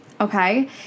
Okay